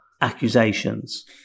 accusations